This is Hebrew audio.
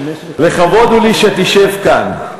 לכבוד הוא לי שתשב כאן.